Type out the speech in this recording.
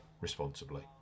responsibly